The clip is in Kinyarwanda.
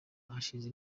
hashize